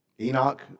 Enoch